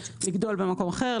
לגדול במקום אחר,